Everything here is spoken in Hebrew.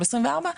2024,